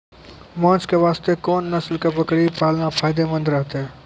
मांस के वास्ते कोंन नस्ल के बकरी पालना फायदे मंद रहतै?